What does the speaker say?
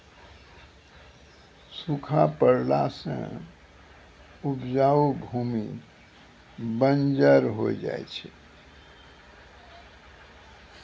सूखा पड़ला सें उपजाऊ भूमि बंजर होय जाय छै